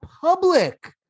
public